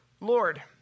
Lord